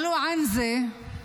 (אומרת בערבית:).